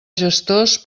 gestors